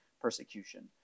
persecution